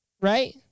Right